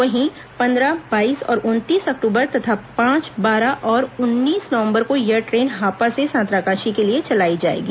वहीं पद्रह बाईस और उनतीस अक्टूबर तथा पांच बारह और उन्नीस नवंबर को यह ट्रेन हापा से सांतरागाछी के लिए चलाई जाएगी